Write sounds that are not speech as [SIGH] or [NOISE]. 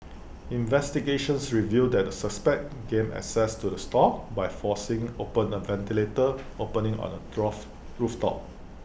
investigations revealed that the suspects gained access to the stall by forcing open A ventilator opening on the [UNINTELLIGIBLE] roof top